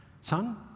son